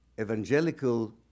evangelical